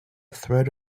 thread